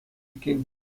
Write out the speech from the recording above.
иккен